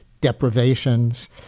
deprivations